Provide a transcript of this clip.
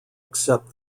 accept